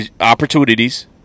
opportunities